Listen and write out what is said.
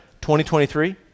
2023